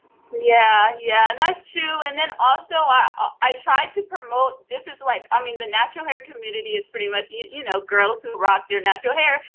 yeah, yeah, and that's true, and then also, i tried to promote this is like, i mean, the natural hair community is pretty much, you you know, girls who rock their natural hair.